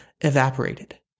evaporated